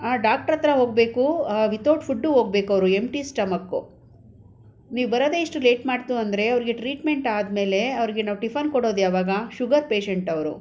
ಆಂ doctor ಹತ್ರ ಹೋಗ್ಬೇಕು without food ಹೋಗ್ಬೇಕವ್ರು ಎಂಟಿ ಸ್ಟೊಮಕ್ಕು ನೀವು ಬರೋದೇ ಇಷ್ಟು ಲೇಟ್ ಮಾಡಿತು ಅಂದರೆ ಅವ್ರಿಗೆ ಟ್ರೀಟ್ಮೆಂಟ್ ಆದಮೇಲೆ ಅವ್ರಿಗೆ ನಾವು ಟಿಫನ್ ಕೊಡೋದು ಯಾವಾಗ ಶುಗರ್ ಪೇಷಂಟ್ ಅವರು